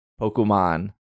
Pokemon